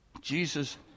Jesus